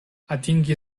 atingi